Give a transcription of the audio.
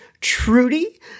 Trudy